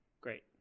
Great